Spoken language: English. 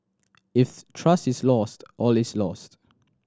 if trust is lost all is lost